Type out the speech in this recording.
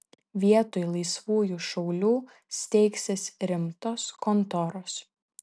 vietoj laisvųjų šaulių steigsis rimtos kontoros